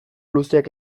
luzeak